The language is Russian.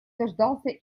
дождался